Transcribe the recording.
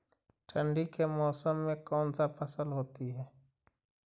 ठंडी के मौसम में कौन सा फसल होती है?